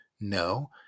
No